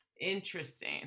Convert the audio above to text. interesting